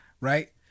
right